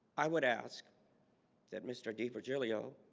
i would ask that mr. d virgilio